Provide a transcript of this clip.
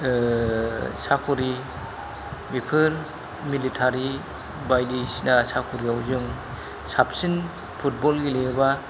साखरि बेफोर मिलितारि बायदिसिना साखरियाव जों साबसिन फुटबल गेलेयोबा